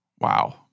Wow